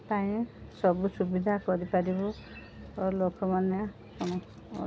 ପାଇଁ ସବୁ ସୁବିଧା କରିପାରିବୁ ଓ ଲୋକମାନେ